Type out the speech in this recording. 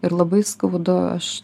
ir labai skaudu aš